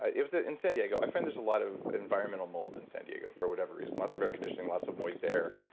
it was ah in san diego. i find there's a lot of environmental mold in san diego for whatever reason. lots of air conditioning, lots of moist air,